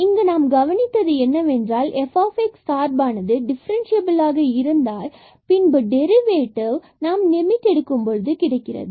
இங்கு நாம் கவனித்தது என்னவென்றால் f சார்பானது டிஃபரன்ஸ்சியபில் ஆக இருந்தால் பின்பு டெரிவேட்டிவ் நாம் லிமிட் எடுக்கும்போது கிடைக்கிறது